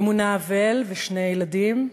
אמונה אבל ושני ילדים,